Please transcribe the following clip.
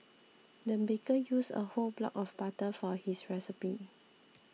the baker used a whole block of butter for his recipe